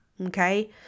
Okay